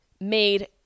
made